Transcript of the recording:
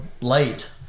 late